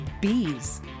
bees